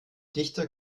dichter